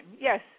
Yes